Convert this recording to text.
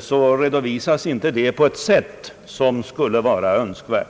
så redovisas inte detta på ett sätt som skulle vara önskvärt.